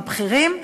הבכירים,